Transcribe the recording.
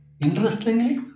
Interestingly